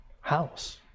house